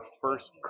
first